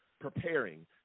preparing